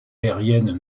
aériennes